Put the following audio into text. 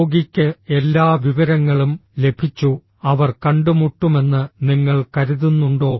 രോഗിക്ക് എല്ലാ വിവരങ്ങളും ലഭിച്ചു അവർ കണ്ടുമുട്ടുമെന്ന് നിങ്ങൾ കരുതുന്നുണ്ടോ